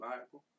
Bible